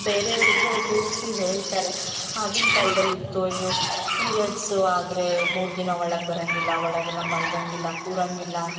ಬೇರೆಯವರಿಗು ತಿಳಿಸಿ ಹೇಳ್ತಾರೆ ಆಗಿನ ಕಾಲ್ದಲ್ಲಿ ಇತ್ತು ಅಯ್ಯೋ ಪಿರೇಡ್ಸು ಆದರೆ ಮೂರುದಿನ ಒಳಗೆ ಬರೋಂಗಿಲ್ಲ ಒಳಗೆಲ್ಲ ಮಲ್ಗೋಂಗಿಲ್ಲ ಕೂರೋಂಗಿಲ್ಲ